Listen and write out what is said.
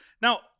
Now